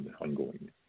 ongoing